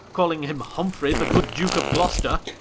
calling him, humfrey the good duke of gloster,